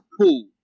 cool